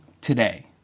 today